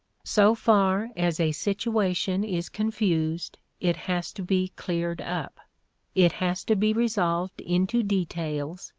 so far as a situation is confused, it has to be cleared up it has to be resolved into details,